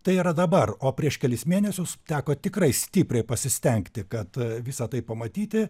tai yra dabar o prieš kelis mėnesius teko tikrai stipriai pasistengti kad visa tai pamatyti